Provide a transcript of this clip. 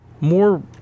more